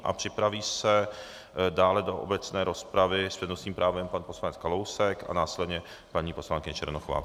A připraví se dále do obecné rozpravy s přednostním právem pan poslanec Kalousek a následně paní poslankyně Černochová.